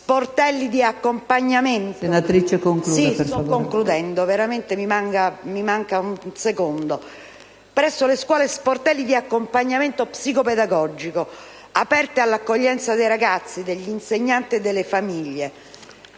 sportelli di accompagnamento psicopedagogico aperti all'accoglienza dei ragazzi, degli insegnanti e delle famiglie.